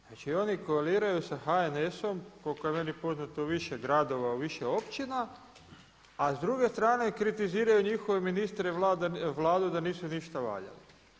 Znači oni koaliraju sa HNS-om koliko je meni poznato u više gradova, u više općina, a s druge strane kritiziraju njihove ministre, Vladu da nisu ništa valjali.